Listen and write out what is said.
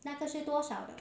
那个是多少的